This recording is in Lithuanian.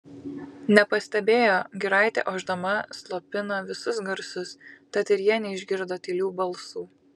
nepastebėjo giraitė ošdama slopina visus garsus tad ir jie neišgirdo tylių balsų